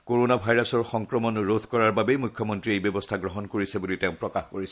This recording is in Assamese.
কৰণা ভাইৰাছৰ সংক্ৰমণ ৰোধ কৰাৰ বাবেই মুখ্যমন্ত্ৰীয়ে এই ব্যৱস্থা গ্ৰহণ কৰিছে বুলি প্ৰকাশ কৰিছে